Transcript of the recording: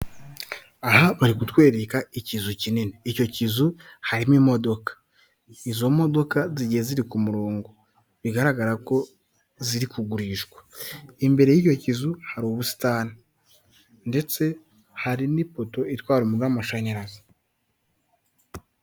Aha bari kutwereka ikizu kinini. Icyo kizu harimo imodoka. Izo modoka zigiye ziri ku murongo bigaragara ko ziri kugurishwa, imbere y'icyo kizu hari ubusitani ndetse hari n'ipoto itwara umuriro w'amashanyarazi.